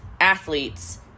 athletes